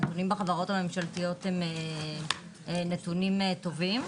הנתונים בחברות הממשלתיות הם נתונים טובים.